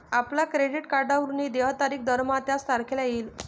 आपल्या क्रेडिट कार्डवरून देय तारीख दरमहा त्याच तारखेला येईल